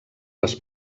les